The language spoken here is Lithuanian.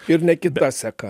ir ne kita seka